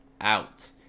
out